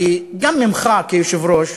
כי גם ממך כיושב-ראש,